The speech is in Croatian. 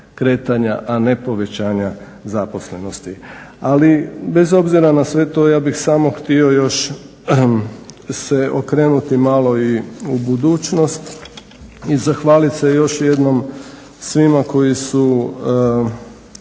kretanja, a ne povećanja zaposlenosti. Ali, bez obzira na sve to ja bih samo htio još se okrenuti malo i u budućnost i zahvaliti se još jednom svima koji su